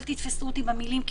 אל תתפסו אותי במילים,